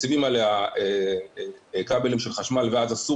מציבים עליה כבלים של חשמל ואז אסור